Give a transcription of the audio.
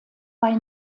bei